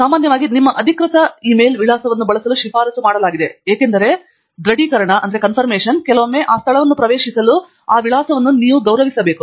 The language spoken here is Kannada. ಸಾಮಾನ್ಯವಾಗಿ ನಿಮ್ಮ ಅಧಿಕೃತ ಇ ಮೇಲ್ ವಿಳಾಸವನ್ನು ಬಳಸಲು ಶಿಫಾರಸು ಮಾಡಲಾಗಿದೆ ಏಕೆಂದರೆ ದೃಢೀಕರಣವು ಕೆಲವೊಮ್ಮೆ ಆ ಸ್ಥಳವನ್ನು ಪ್ರವೇಶಿಸಲು ಆ ವಿಳಾಸವನ್ನು ನೀವು ಗೌರವಿಸಬೇಕು